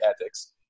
ethics